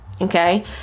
Okay